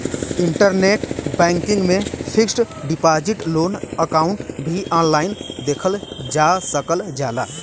internet banking में fixed deposit loan account भी online देखल जा सकल जाला